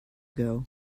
ago